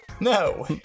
No